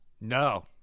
No